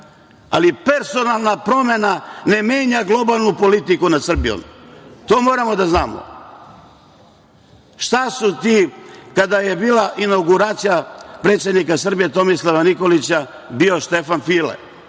Ali, personalna promena ne menja globalnu politiku nad Srbijom. To moramo da znamo. Kada je bila inauguracija predsednika Srbije Tomislava Nikolića, bio je Štefan File.